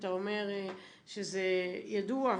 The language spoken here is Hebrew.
אתה אומר שזה ידוע.